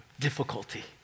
Difficulty